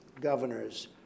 governors